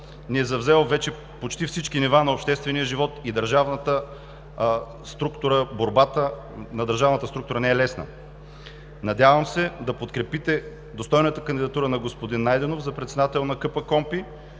е завзел вече почти всички нива на обществения живот и борбата на държавната структура не е лесна. Надявам се да подкрепите достойната кандидатура на господин Найденов за председател на КПКОНПИ.